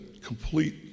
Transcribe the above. complete